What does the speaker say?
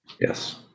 Yes